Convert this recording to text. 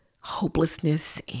hopelessness